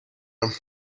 him